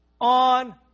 On